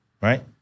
right